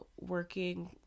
working